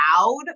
loud